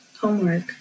homework